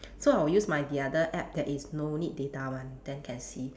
so I will use my the other app that is no need data one then can see